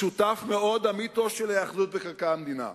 משותף מאוד המיתוס של היאחזות בחלקי המדינה.